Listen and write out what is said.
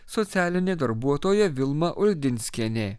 socialinė darbuotoja vilma uldinskienė